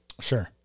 Sure